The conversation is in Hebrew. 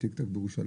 את התיק-תק בירושלים.